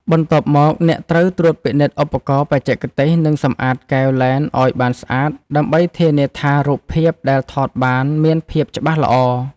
បន្ទាប់មក អ្នកត្រូវត្រួតពិនិត្យឧបករណ៍បច្ចេកទេស និងសម្អាតកែវលែនឱ្យបានស្អាត ដើម្បីធានាថា រូបភាពដែលថតបានមានភាពច្បាស់ល្អ។